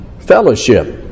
Fellowship